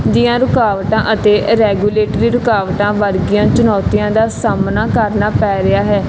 ਦੀਆਂ ਰੁਕਾਵਟਾਂ ਅਤੇ ਰੈਗੂਲੇਟਰੀ ਰੁਕਾਵਟਾਂ ਵਰਗੀਆਂ ਚੁਣੌਤੀਆਂ ਦਾ ਸਾਹਮਣਾ ਕਰਨਾ ਪੈ ਰਿਹਾ ਹੈ